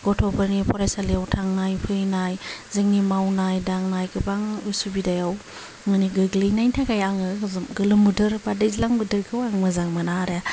गथ'फोरनि फरायसालिआव थांनाय फैनाय जोंनि मावनाय दांनाय गोबां असुबिदायाव माने गोग्लैनायनि थाखाय आङो गोलोम बोथोर बा दैज्लां बोथोरखौ आं मोजां मोना आरो